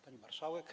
Pani Marszałek!